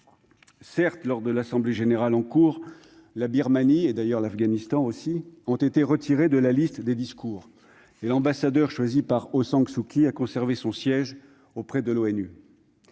Certes, lors de l'Assemblée générale en cours, la Birmanie- tout comme l'Afghanistan d'ailleurs -a été retirée de la liste des discours, et l'ambassadeur choisi par Aung San Suu Kyi a conservé son siège auprès de l'ONU.